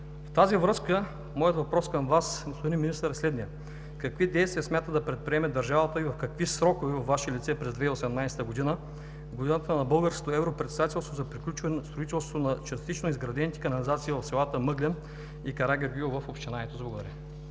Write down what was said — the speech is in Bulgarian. В тази връзка моят въпрос към Вас, господин Министър, е следният: какви действия смята да предприеме държавата и в какви срокове, във Ваше лице, през 2018 г. – годината на Българското европредседателство, за приключване строителството на частично изградените канализации в селата Мъглен и Карагеоргиево в община Айтос? Благодаря.